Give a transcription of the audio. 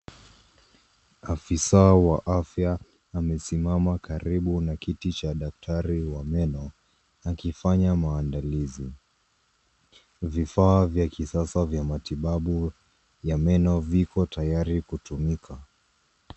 Afisa wa afya amesimama karibu na kiti cha daktari wa meno akifanya maandalizi. Vifaa vya kisasa vya matibabu ya meno viko tayari kutumika.